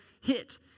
hit